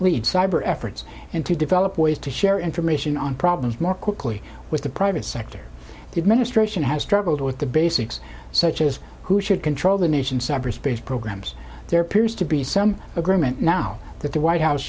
lead cyber efforts and to develop ways to share information on problems more quickly with the private sector did ministration has struggled with the basics such as who should control the nation's cyber space programs there appears to be some agreement now that the white house